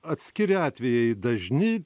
atskiri atvejai dažni